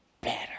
better